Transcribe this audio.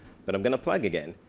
but i'm going to plug again,